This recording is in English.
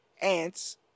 ants